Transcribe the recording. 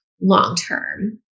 long-term